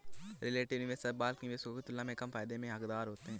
retail निवेशक bulk निवेशकों की तुलना में कम फायदे के हक़दार होते हैं